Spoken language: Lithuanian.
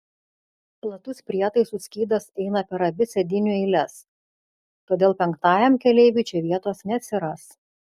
platus prietaisų skydas eina per abi sėdynių eiles todėl penktajam keleiviui čia vietos neatsiras